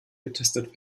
getestet